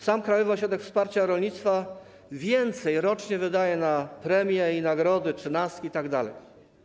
Sam Krajowy Ośrodek Wsparcia Rolnictwa więcej rocznie wydaje na premie i nagrody, trzynastki itd.